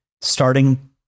starting